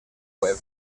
web